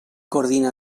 coordina